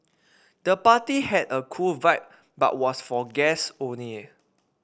the party had a cool vibe but was for guests only